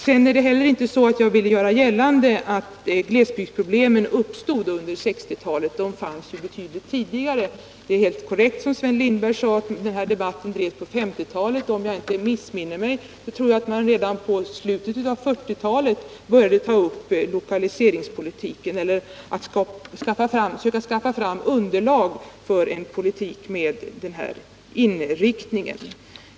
Sedan är det inte heller så att jag ville göra gällande att glesbygdsproblemen uppstod under 1960-talet. De fanns ju betydligt tidigare. Det är helt korrekt som Sven Lindberg sade, att den här debatten drevs på 1950-talet. Och om jag inte missminner mig tror jag att man redan i slutet på 1940-talet började försöka få fram underlag för en politik med den här inriktningen.